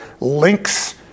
links